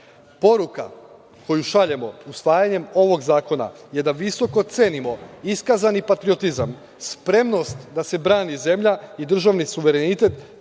ceni. Poruka koju šaljemo usvajanjem ovog zakona je da visoko cenimo iskazani patriotizam, spremnost da se brani zemlja i državni suverenitet,